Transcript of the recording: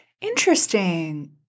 interesting